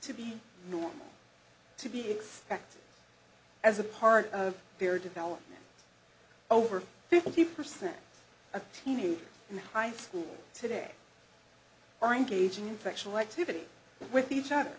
to be normal to be expected as a part of their development over fifty percent of teenagers in high school today are engaging in sexual activity with each other